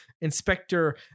Inspector